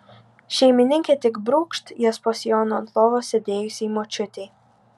šeimininkė tik brūkšt jas po sijonu ant lovos sėdėjusiai močiutei